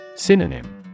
Synonym